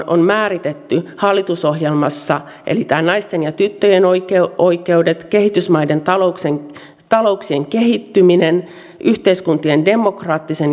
on määritetty hallitusohjelmassa eli naisten ja tyttöjen oikeudet oikeudet kehitysmaiden talouksien talouksien kehittyminen yhteiskuntien demokraattisuus